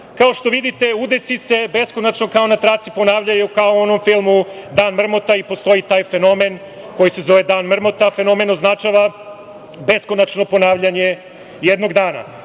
što vidite udesi se beskonačno, kao na traci ponavljaju kao u onom filmu „Dan mrmota“ i postoji taj fenomen koji se zove Dan mrmota, a fenomen označava beskonačno ponavljanje jednog dana. Tako